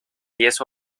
diez